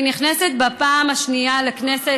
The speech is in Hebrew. אני נכנסת בפעם השנייה לכנסת,